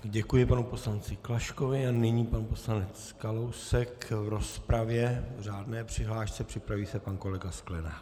Děkuji panu poslanci Klaškovi a nyní pan poslanec Kalousek v rozpravě v řádné přihlášce, připraví se pan kolega Sklenák.